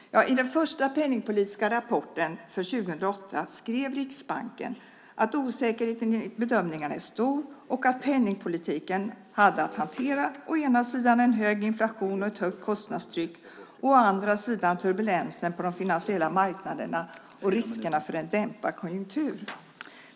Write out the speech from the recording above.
I den första penningpolitiska rapporten för 2008 skrev Riksbanken att osäkerheten i bedömningarna är stor och att penningpolitiken hade att hantera å ena sidan en hög inflation och ett högt kostnadstryck och å andra sidan turbulensen på de finansiella marknaderna och riskerna för en dämpad konjunktur.